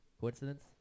Coincidence